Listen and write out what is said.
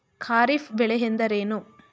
ಖಾರಿಫ್ ಬೆಳೆ ಎಂದರೇನು?